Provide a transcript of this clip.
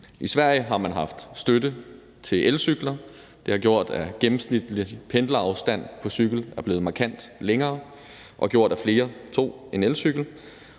I Sverige har man haft støtte til elcykler. Det har gjort, at gennemsnitlig pendlerafstand på cykel er blevet markant længere, og har gjort, at flere tog en elcykel.